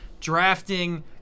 drafting